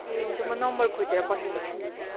ए हुन्छ म नम्बर खोजेर पठाइदिन्छु नि